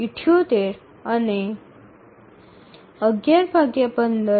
૭૭૮ અને 0